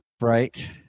Right